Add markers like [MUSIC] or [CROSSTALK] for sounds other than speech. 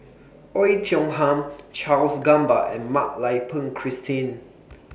Oei Tiong Ham [NOISE] Charles Gamba and Mak Lai Peng [NOISE] Christine [NOISE]